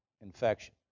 infection